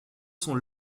sont